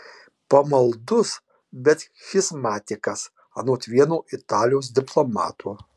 pamaldus bet schizmatikas anot vieno italijos diplomato